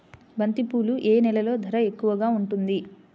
బంతిపూలు ఏ నెలలో ధర ఎక్కువగా ఉంటుంది?